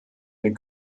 den